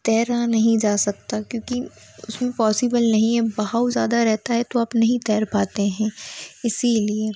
तैरा नहीं जा सकता क्योंकि उसमें पॉसिबल नहीं है बहाव ज़्यादा रहता है तो आप नहीं तैर पाते हैं इसीलिए